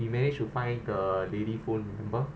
we managed to find the lady phone number remember